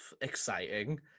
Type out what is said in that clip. exciting